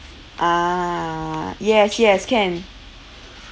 ah yes yes can